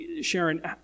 Sharon